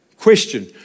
Question